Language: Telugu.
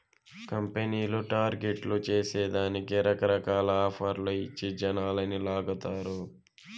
కంపెనీలు టార్గెట్లు చేరే దానికి రకరకాల ఆఫర్లు ఇచ్చి జనాలని లాగతారు